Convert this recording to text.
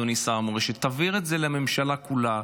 אדוני שר המורשת: תבהיר את זה לממשלה כולה,